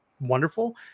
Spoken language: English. wonderful